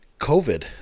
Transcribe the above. COVID